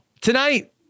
tonight